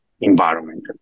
environment